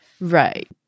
right